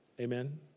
Amen